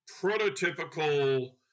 prototypical